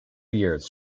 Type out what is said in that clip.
years